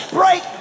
break